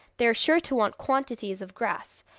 they are sure to want quantities of grass,